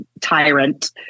tyrant